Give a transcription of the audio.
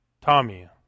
Tommy